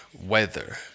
weather